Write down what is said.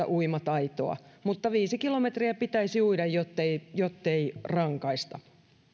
uimataitoa mutta viisi kilometriä pitäisi uida jottei jottei rankaista